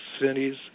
cities